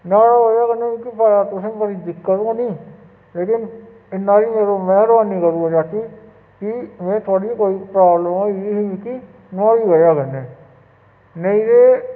मैं ओह्दे कन्नै मिगी पता तुसेंगी बड़ी दिक्कत होनी लेकिन इन्ना बी पता मेह्रबानी करी कि मैं थोह्ड़ी कोई प्राब्लम होई गेई ही मिकी नुआढ़ी बजह कन्नै नेईं ते